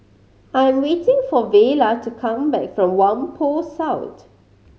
I'm waiting for Vela to come back from Whampoa South